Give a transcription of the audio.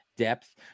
depth